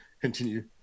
continue